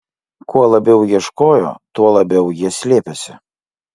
kuo labiau ieškojo tuo labiau jie slėpėsi